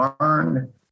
learned